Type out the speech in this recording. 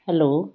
hello